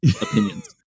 opinions